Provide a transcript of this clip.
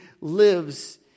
lives